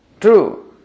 True